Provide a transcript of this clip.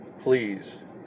please